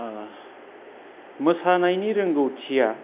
मोसानायनि रोंगौथिआ